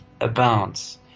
abounds